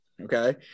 Okay